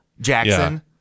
Jackson